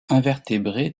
invertébrés